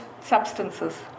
substances